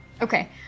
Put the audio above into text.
Okay